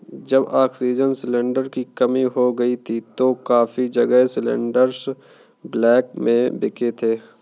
जब oxygen cylinder की कमी हो गई थी तो काफी जगह सिलेंडरस ब्लैक में बिके थे